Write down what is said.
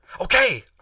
Okay